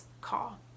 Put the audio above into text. call